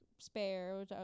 Spare